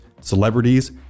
celebrities